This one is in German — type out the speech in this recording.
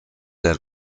der